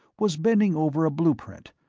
was bending over a blueprint,